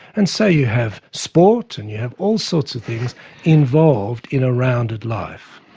and so you have sport, and you have all sorts of things involved in a rounded life.